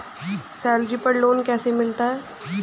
Salary पर loan कैसे मिलता है?